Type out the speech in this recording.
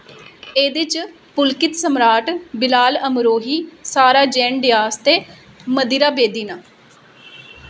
एह्दे च पुलकित सम्राट बिलाल अमरोही सारा जेन डियास ते मंदिरा बेदी न